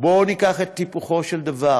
בואו ניקח את היפוכו של דבר,